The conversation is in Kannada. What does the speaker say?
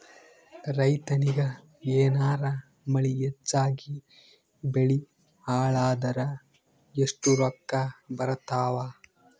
ರೈತನಿಗ ಏನಾರ ಮಳಿ ಹೆಚ್ಚಾಗಿಬೆಳಿ ಹಾಳಾದರ ಎಷ್ಟುರೊಕ್ಕಾ ಬರತ್ತಾವ?